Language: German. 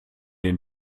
den